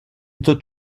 tot